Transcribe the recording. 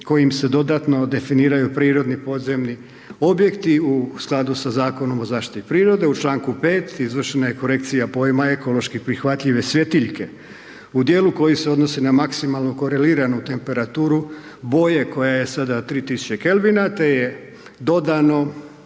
koji se dodatno definiraju prirodni podzemni objekti u skladu sa Zakonom o zaštiti prirode, u članku 5. izvršena je korekcija pojma ekološki prihvatljive svjetiljke. U djelu koji se odnosi na maksimalno koreliranu temperaturu, boja koja je sada 3000 K te je dodano